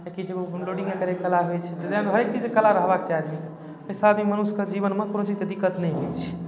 आओर किछ लोडिङ्गे करैके कला होइ छै तेँ हर चीजके कला रहबाके चाही आदमीके ओहि साथ मनुष्यके जीवनमे कोनो चीजके दिक्कत नहि होइ छै